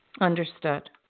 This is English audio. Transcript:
Understood